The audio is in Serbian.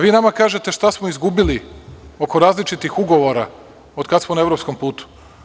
Vi nama kažete šta smo izgubili oko različitih ugovora od kada smo na evropskom putu.